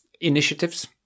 initiatives